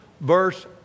verse